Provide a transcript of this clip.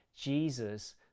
Jesus